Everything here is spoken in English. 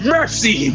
Mercy